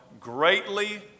greatly